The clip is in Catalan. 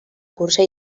cursa